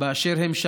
באשר הם,